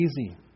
easy